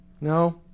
No